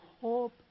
hope